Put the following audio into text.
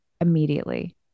immediately